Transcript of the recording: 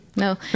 No